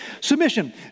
Submission